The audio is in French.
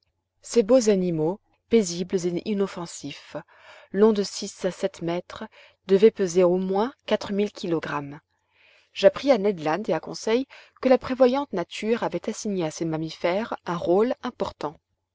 ces beaux animaux paisibles et inoffensifs longs de six à sept mètres devaient peser au moins quatre mille kilogrammes j'appris à ned land et à conseil que la prévoyante nature avait assigné à ces mammifères un tôle important